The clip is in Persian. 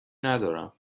ندارم